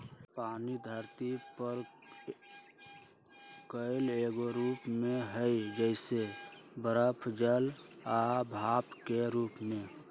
पानी धरती पर कए गो रूप में हई जइसे बरफ जल आ भाप के रूप में